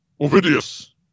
Ovidius